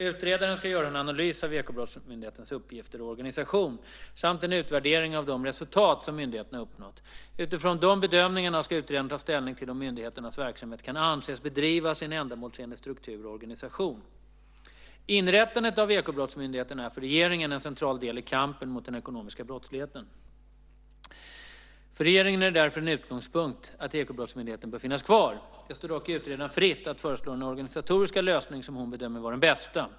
Utredaren ska göra en analys av Ekobrottsmyndighetens uppgifter och organisation, samt en utvärdering av de resultat som myndigheten har uppnått. Utifrån de bedömningarna ska utredaren ta ställning till om myndighetens verksamhet kan anses bedrivas i en ändamålsenlig struktur och organisation. Inrättandet av Ekobrottsmyndigheten är för regeringen en central del i kampen mot den ekonomiska brottsligheten. För regeringen är det därför en utgångspunkt att Ekobrottsmyndigheten bör finnas kvar. Det står dock utredaren fritt att föreslå den organisatoriska lösning som hon bedömer vara den bästa.